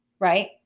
Right